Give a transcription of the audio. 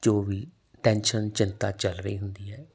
ਜੋ ਵੀ ਟੈਨਸ਼ਨ ਚਿੰਤਾ ਚੱਲ ਰਹੀ ਹੁੰਦੀ ਹੈ